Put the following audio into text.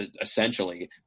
Essentially